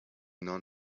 non